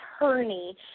attorney